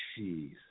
Jeez